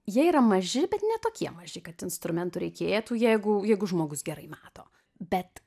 jie yra maži bet ne tokie maži kad instrumentų reikėtų jeigu jeigu žmogus gerai mato bet